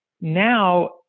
Now